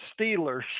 Steelers